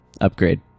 upgrade